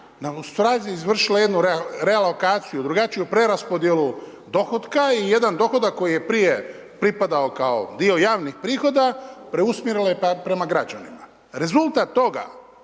ustvari izvršila jednu relokaciju, drugačiju preraspodjelu dohotka i jedan dohodak koji je prije pripadao kao dio javnih prihoda, preusmjerila je prema građanima. Rezultat toga